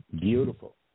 Beautiful